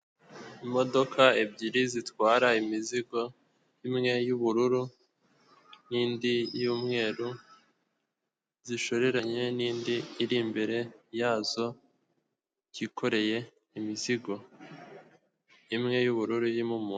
Imodoka ebyiri zitwara imizigo imwe y'ubururu n'indi y'umweru zishoreranye n'indi iri imbere yazo yikoreye imizigo imwe y'ubururu irimo umuntu.